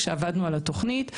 כשעבדנו על התכנית,